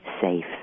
safe